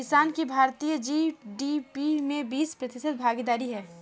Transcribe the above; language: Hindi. किसान की भारतीय जी.डी.पी में बीस प्रतिशत भागीदारी है